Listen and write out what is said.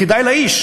כדאי לאיש,